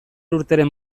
urteren